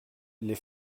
les